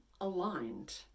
aligned